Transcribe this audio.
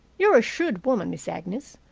you're a shrewd woman, miss agnes.